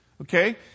Okay